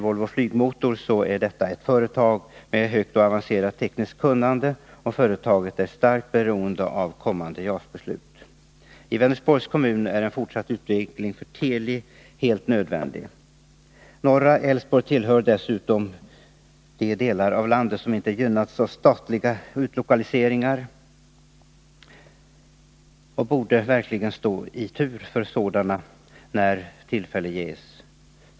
Volvo Flygmotor är ett företag med ett högt och avancerat tekniskt kunnande, och företaget är starkt beroende av kommande JAS-beslut. I Vänersborgs kommun är en fortsatt utveckling för Teli helt nödvändig. Norra Älvsborg tillhör dessutom de delar av landet som inte gynnats av statliga utlokaliseringar och borde verkligen stå i tur för sådana när tillfälle ges.